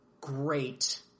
great